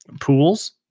pools